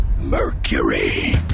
Mercury